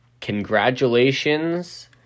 congratulations